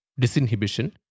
disinhibition